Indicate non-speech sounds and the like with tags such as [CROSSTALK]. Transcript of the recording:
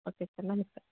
okay sir [UNINTELLIGIBLE]